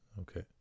Okay